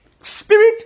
Spirit